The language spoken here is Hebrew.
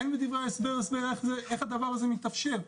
איך בדברי ההסבר הסבר איך הדבר הזה מתאפשר.